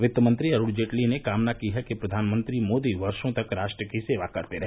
वित्तमंत्री अरूण जेटली ने कामना की है कि प्रधानमंत्री मोदी वर्षो तक राष्ट्र की सेवा करते रहे